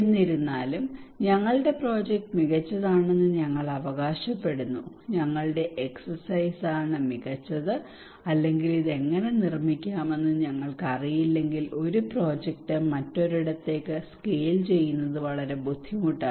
എന്നിരുന്നാലും ഞങ്ങളുടെ പ്രോജക്റ്റ് മികച്ചതാണെന്ന് ഞങ്ങൾ അവകാശപ്പെടുന്നു ഞങ്ങളുടെ എക്സെർസൈസാണ് മികച്ചത് അതിനാൽ ഇത് എങ്ങനെ നിർമ്മിക്കാമെന്ന് ഞങ്ങൾക്ക് അറിയില്ലെങ്കിൽ ഒരു പ്രോജക്റ്റ് മറ്റൊരിടത്തേക്ക് സ്കെയിൽ ചെയ്യുന്നത് വളരെ ബുദ്ധിമുട്ടാണ്